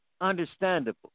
Understandable